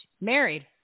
Married